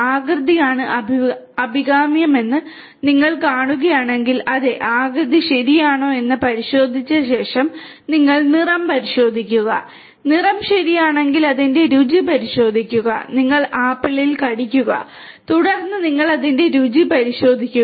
ആകൃതിയാണ് അഭികാമ്യമെന്ന് നിങ്ങൾ കാണുകയാണെങ്കിൽ അതെ ആകൃതി ശരിയാണോ എന്ന് പരിശോധിച്ച ശേഷം നിങ്ങൾ നിറം പരിശോധിക്കുക നിറം ശരിയാണെങ്കിൽ അതിന്റെ രുചി പരിശോധിക്കുക നിങ്ങൾ ആപ്പിളിൽ കടിക്കുക തുടർന്ന് നിങ്ങൾ അതിന്റെ രുചി പരിശോധിക്കുക